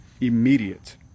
immediate